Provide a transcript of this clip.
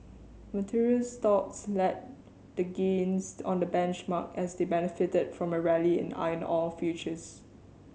materials stocks led the gains on the benchmark as they benefited from a rally in iron or futures